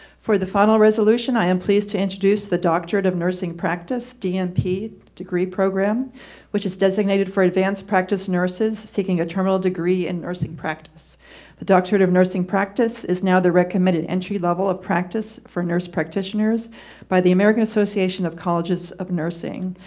for the final resolution i am pleased to introduce the doctorate of nursing practice dmp and degree program which is designated for advanced practice nurses seeking a terminal degree in nursing practice the doctorate of nursing practice is now the recommended entry level of practice for nurse practitioners by the american association of colleges of nursing.